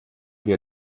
wir